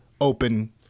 open